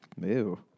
Ew